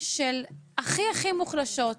של הכי הכי מוחלשות.